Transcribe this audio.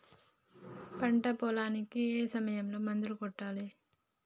పంట పొలానికి ఏ సమయంలో మందులు కొట్టాలి?